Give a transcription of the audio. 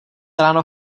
ráno